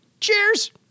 Cheers